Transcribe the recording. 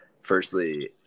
firstly